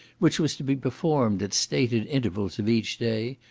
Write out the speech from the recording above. which was to be performed at stated intervals of each day,